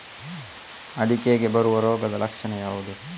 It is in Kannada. ಅಡಿಕೆಗೆ ಬರುವ ರೋಗದ ಲಕ್ಷಣ ಯಾವುದು?